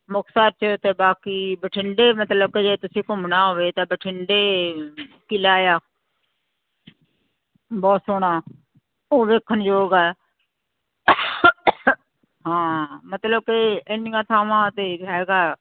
ਮੁਕਤਸਰ 'ਚ ਅਤੇ ਬਾਕੀ ਬਠਿੰਡੇ ਮਤਲਬ ਕਿ ਜੇ ਤੁਸੀਂ ਘੁੰਮਣਾ ਹੋਵੇ ਤਾਂ ਬਠਿੰਡੇ ਕਿਲ੍ਹਾ ਆ ਬਹੁਤ ਸੋਹਣਾ ਉਹ ਵੇਖਣਯੋਗ ਹੈ ਹਾਂ ਮਤਲਬ ਕਿ ਇੰਨੀਆਂ ਥਾਵਾਂ 'ਤੇ ਹੈਗਾ